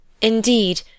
Indeed